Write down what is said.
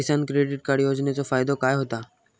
किसान credit card योजनेचो फायदो काय होता?